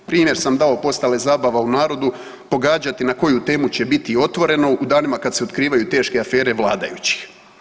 Primjer sam dao, postala je zabava u narodu pogađati na koju temu će biti Otvoreno u danima kad se otkrivaju teške afere vladajućih.